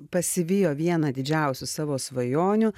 pasivijo vieną didžiausių savo svajonių